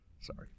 Sorry